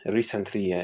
Recently